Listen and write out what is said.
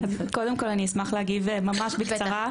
קודם כל אני אשמח להגיב ממש בקצרה.